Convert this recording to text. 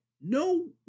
No